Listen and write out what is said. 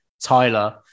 Tyler